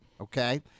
okay